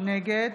נגד